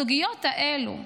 בסוגיות האלו,